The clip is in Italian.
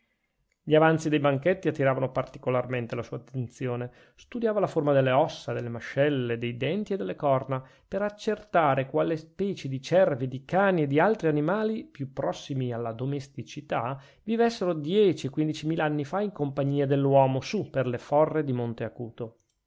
gli avanzi dei banchetti attiravano particolarmente la sua attenzione studiava la forma delle ossa delle mascelle dei denti e delle corna per accertare quali specie di cervi di cani e d'altri animali più prossimi alla domesticità vivessero dieci e quindicimil'anni fa in compagnia dell'uomo su per le forre di monte acuto